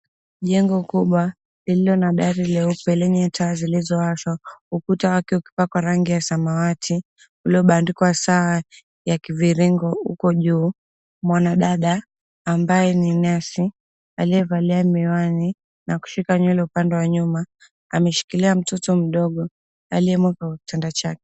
Jengo kubwa lililo na dari leupe lenye taa zilizowashwa. Ukuta wake ukipakwa rangi ya samawati uliobandikwa saa ya kiviringo huko juu. Mwanadada, ambaye ni nesi aliyevalia miwani na kushika nywele upande wa nyuma, ameshikilia mtoto mdogo aliyemo kwa kitanda chake.